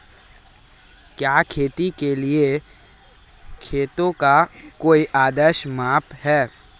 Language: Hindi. क्या खेती के लिए खेतों का कोई आदर्श माप है?